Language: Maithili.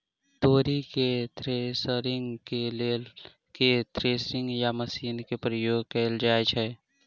तोरी केँ थ्रेसरिंग केँ लेल केँ थ्रेसर या मशीन केँ प्रयोग कैल जाएँ छैय?